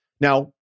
Now